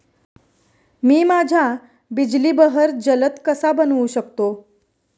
मी माझ्या बिजली बहर जलद कसा बनवू शकतो?